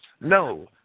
no